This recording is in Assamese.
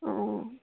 অঁ